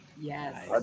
Yes